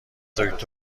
دکتر